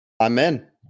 Amen